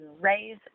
raise